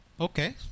Okay